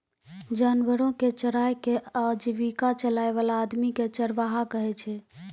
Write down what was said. जानवरो कॅ चराय कॅ आजीविका चलाय वाला आदमी कॅ चरवाहा कहै छै